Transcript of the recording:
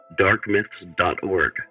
darkmyths.org